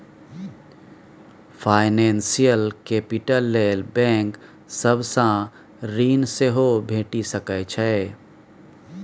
financial capital लेल bank सब सँ ऋण सेहो भेटि सकै छै